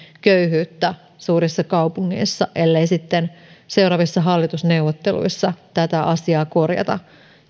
köyhyyttä suurissa kaupungeissa ellei sitten seuraavissa hallitusneuvotteluissa tätä asiaa korjata